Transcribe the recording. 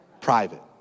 private